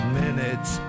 minutes